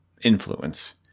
influence